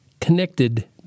connected